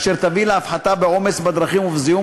אשר יביא להפחתה בעומס בדרכים ובזיהום